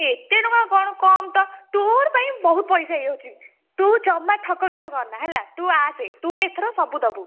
ଏତେ ଟଙ୍କା କଣ କମ୍ ତ ତୋର ପାଇଁ ବହୁତ ପଇସା ହେଇଯାଉଛି ତୁ ଜମା ଠକ କାମ କରନା ହେଲା ତୁ ଆସେ ତୁ ଏଥର ସବୁ ଦେବୁ